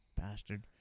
bastard